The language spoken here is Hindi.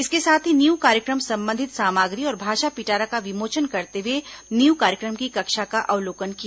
इसके साथ ही नींव कार्यक्रम संबंधित सामग्री और भाषा पिटारा का विमोचन करते हुए नींव कार्यक्रम की कक्षा का अवलोकन किया